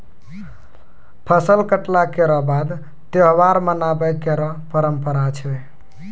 फसल कटला केरो बाद त्योहार मनाबय केरो परंपरा छै